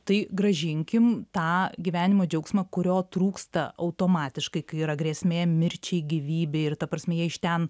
tai grąžinkim tą gyvenimo džiaugsmą kurio trūksta automatiškai kai yra grėsmė mirčiai gyvybei ir ta prasme jie iš ten